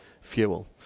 fuel